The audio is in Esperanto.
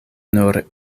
nur